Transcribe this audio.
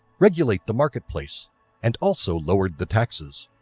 regulate the marketplace and also lowered the taxes.